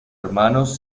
hermanos